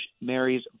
Mary's